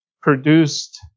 produced